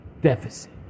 deficit